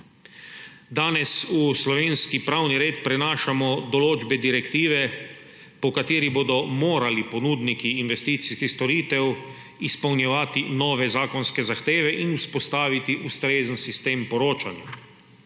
Danes v slovenski pravni red prenašamo določbe direktive, po kateri bodo morali ponudniki investicijskih storitev izpolnjevati nove zakonske zahteve in vzpostaviti ustrezen sistem poročanja.